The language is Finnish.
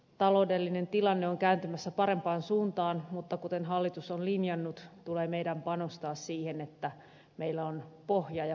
taloudellinen tilanne on kääntymässä parempaan suuntaan mutta kuten hallitus on linjannut tulee meidän panostaa siihen että meillä on pohja ja perusta kunnossa